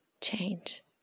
change